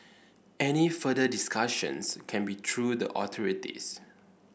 any further discussions can be through the authorities